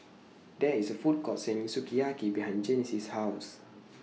There IS A Food Court Selling Sukiyaki behind Genesis' House